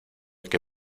que